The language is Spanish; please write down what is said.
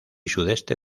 sudeste